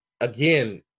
again